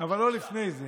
אבל לא לפני זה,